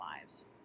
lives